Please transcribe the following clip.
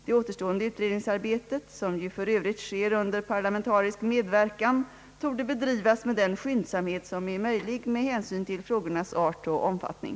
Det återstående utredningsarbetet — som ju för övrigt sker under parlamentarisk medverkan — torde bedrivas med den skyndsamhet som är möjlig med hänsyn till frågornas art och omfattning.